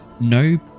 No